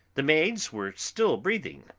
the maids were still breathing,